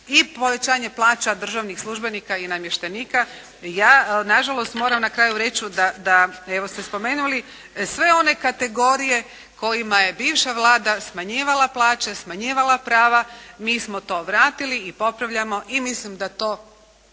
I povećanje plaća državnih službenika i namještenika. Ja nažalost moram na kraju reći da evo ste spomenuli sve one kategorije kojima je bivša Vlada smanjivala plaće, smanjivala prava mi smo to vratili i popravljamo i mislim da to